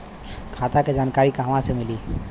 खाता के जानकारी कहवा से मिली?